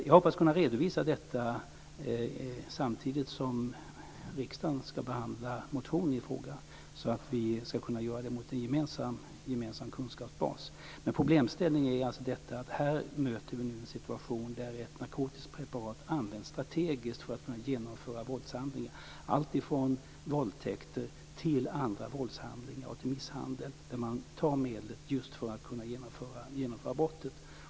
Jag hoppas kunna redovisa detta arbete samtidigt som riksdagen ska behandla motionen i fråga så att vi ska kunna göra det mot en gemensam kunskapsbas. Problemställningen är att vi nu möter en situation där ett narkotiskt preparat används strategiskt för att man ska kunna genomföra våldshandlingar. Det gäller alltifrån våldtäkter till andra våldshandlingar och misshandel. Man tar medlet just för att kunna genomföra brottet.